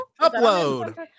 upload